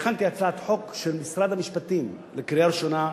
הכנתי הצעת חוק של משרד המשפטים לקריאה ראשונה,